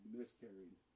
miscarried